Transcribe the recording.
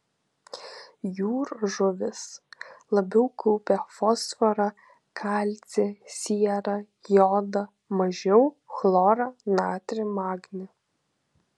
jūrų žuvys labiau kaupia fosforą kalcį sierą jodą mažiau chlorą natrį magnį